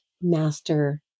master